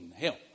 help